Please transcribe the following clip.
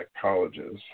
colleges